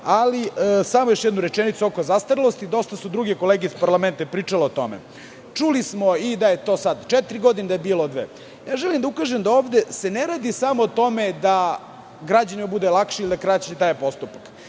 ali samo još jednu rečenicu oko zastarelosti. Dosta su druge kolege iz parlamenta pričale o tome. Čuli smo i da je to sada četiri godine i da je bilo dve. Želim da ukažem na to da se ovde ne radi samo o tome da građaninu bude lakše ili da kraće traje postupak.